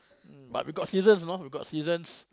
mm but we got seasons you know we got seasons